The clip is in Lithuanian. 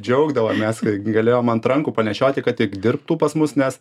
džiaugdavomės kai galėjom ant rankų panešioti kad tik dirbtų pas mus nes